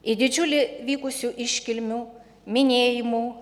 į didžiulį vykusių iškilmių minėjimų